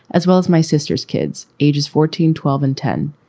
as well as my sister's kids, ages fourteen, twelve and ten.